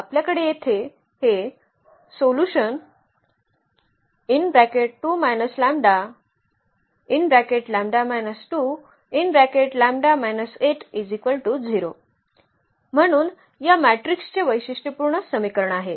आपल्याकडे येथे हे म्हणून या मॅट्रिक्सचे वैशिष्ट्यपूर्ण समीकरण आहे